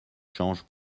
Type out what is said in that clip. change